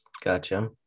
Gotcha